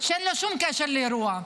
שאין לו שום קשר לאירוע.